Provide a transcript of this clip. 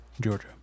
Georgia